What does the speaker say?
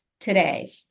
today